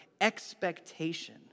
expectation